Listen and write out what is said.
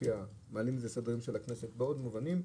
תעלה את זה לסדר-היום של הכנסת בעוד מובנים,